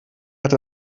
hat